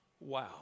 Wow